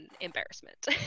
embarrassment